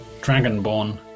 Dragonborn